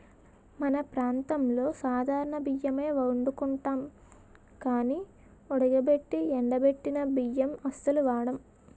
మన ప్రాంతంలో సాధారణ బియ్యమే ఒండుకుంటాం గానీ ఉడకబెట్టి ఎండబెట్టిన బియ్యం అస్సలు వాడం